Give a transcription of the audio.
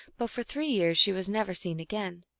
but for three years she was never seen again.